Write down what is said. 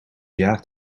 jaar